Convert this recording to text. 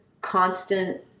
constant